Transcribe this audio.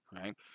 right